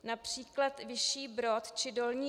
Například Vyšší Brod či Dolní